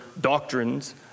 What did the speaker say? doctrines